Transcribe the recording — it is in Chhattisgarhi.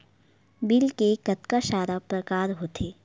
बिल के कतका सारा प्रकार होथे?